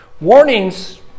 Warnings